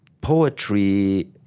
poetry